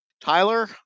Tyler